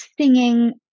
singing